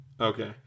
Okay